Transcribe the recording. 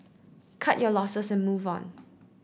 cut your losses and move on